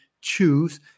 choose